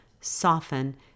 soften